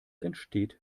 entsteht